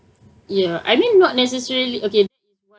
ya I mean not necessarily okay is what